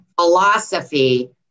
philosophy